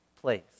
place